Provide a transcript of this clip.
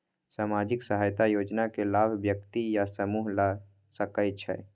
सामाजिक सहायता योजना के लाभ व्यक्ति या समूह ला सकै छै?